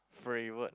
favorite